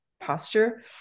posture